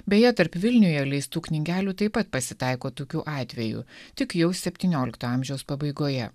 beje tarp vilniuje leistų knygelių taip pat pasitaiko tokių atvejų tik jau septyniolikto amžiaus pabaigoje